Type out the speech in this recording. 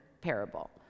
parable